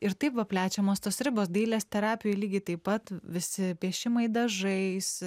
ir taip va plečiamos tos ribos dailės terapijoj lygiai taip pat visi piešimai dažais